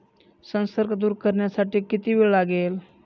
संसर्ग दूर करण्यासाठी किती वेळ लागेल?